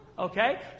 Okay